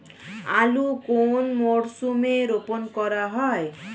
আলু কোন মরশুমে রোপণ করা হয়?